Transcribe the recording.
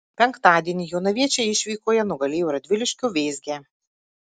penktadienį jonaviečiai išvykoje nugalėjo radviliškio vėzgę